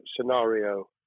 scenario